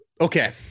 Okay